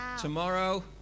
Tomorrow